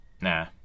Nah